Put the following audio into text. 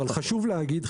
אבל חשוב להגיד,